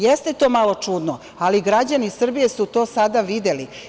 Jeste to malo čudno, ali građani Srbije su to sada videli.